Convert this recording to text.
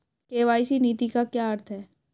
KYC नीति का क्या अर्थ है?